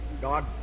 God